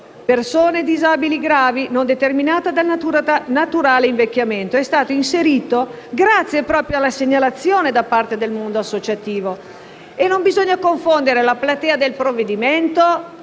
con disabilità grave, non determinata dal naturale invecchiamento» è stato operato proprio grazie alla segnalazione del mondo associativo. Non bisogna confondere la platea del provvedimento